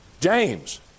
James